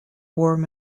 warm